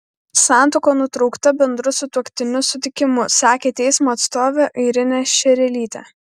santuoka nutraukta bendru sutuoktinių sutikimu sakė teismo atstovė airinė šerelytė